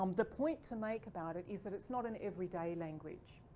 um the point to make about it is that it's not an everyday language,